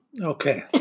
Okay